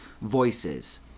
voices